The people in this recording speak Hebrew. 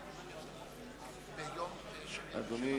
אדוני